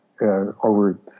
over